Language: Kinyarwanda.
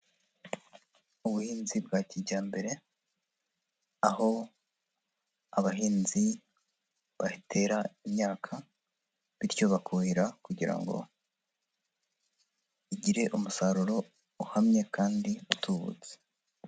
Ubuhinzi bwa kijyambere,m aho abahinzi batera imyaka bityo bakuhira kugira ngo igire umusaruro uhamye kandi utubutse.